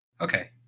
okay